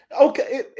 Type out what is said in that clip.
okay